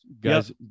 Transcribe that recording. Guys